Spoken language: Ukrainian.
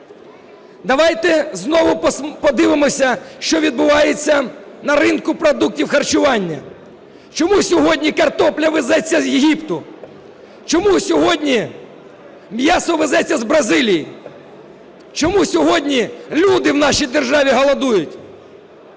Давайте знову подивимося, що відбувається на ринку продуктів харчування. Чому сьогодні картопля везеться з Єгипту? Чому сьогодні м'ясо везеться з Бразилії? Чому сьогодні люди в нашій державі голодують?